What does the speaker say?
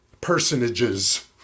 personages